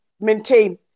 maintain